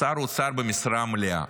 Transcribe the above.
עם שר אוצר במשרד מלאה.